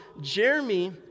Jeremy